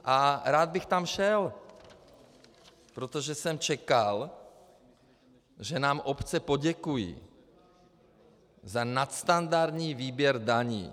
A rád bych tam šel, protože jsem čekal, že nám obce poděkují za nadstandardní výběr daní.